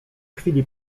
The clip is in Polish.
chwili